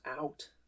out